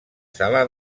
sala